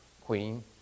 queen